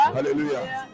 Hallelujah